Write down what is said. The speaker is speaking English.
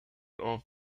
board